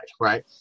right